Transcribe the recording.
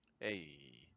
Hey